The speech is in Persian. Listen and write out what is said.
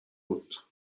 بود